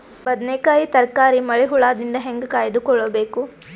ಬದನೆಕಾಯಿ ತರಕಾರಿ ಮಳಿ ಹುಳಾದಿಂದ ಹೇಂಗ ಕಾಯ್ದುಕೊಬೇಕು?